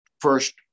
first